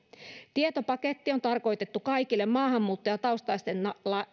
tietopaketti on tarkoitettu kaikille maahanmuuttajataustaisten